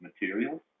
materials